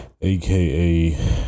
Aka